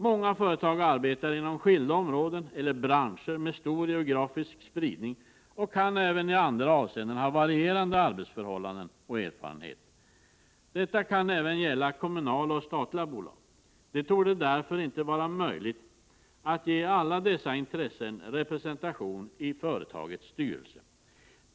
Många företag arbetar inom skilda områden eller branscher med stor geografisk spridning och kan även i andra avseenden ha varierande arbetsförhållanden och erfarenhet. Detta kan även gälla kommunala och statliga bolag. Det torde därför inte vara möjligt att ge alla dessa intressen representation i företagets styrelse.